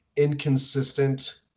Inconsistent